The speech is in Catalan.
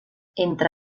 entre